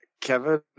Kevin